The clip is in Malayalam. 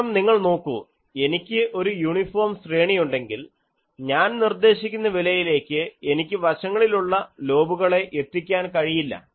കാരണം നിങ്ങൾ നോക്കൂ എനിക്ക് ഒരു യൂണിഫോം ശ്രേണി ഉണ്ടെങ്കിൽ ഞാൻ നിർദ്ദേശിക്കുന്ന വിലയിലേക്ക് എനിക്ക് വശങ്ങളിലുള്ള ലോബുകളെ എത്തിക്കാൻ കഴിയില്ല